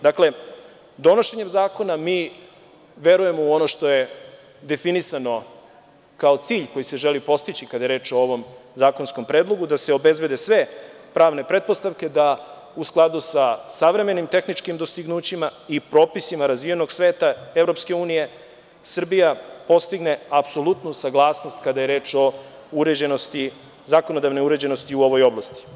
Dakle, donošenjem zakona mi verujemo u ono što je definisano kao cilj koji se želi postići kada je reč o ovom zakonskom predlogu, da se obezbede sve pravne pretpostavke da u skladu sa savremenim tehničkim dostignućima i propisima razvijenog sveta EU Srbija postigne apsolutnu saglasnost kada je reč o zakonodavnoj uređenosti u ovoj oblasti.